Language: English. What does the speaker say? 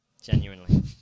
Genuinely